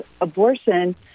abortion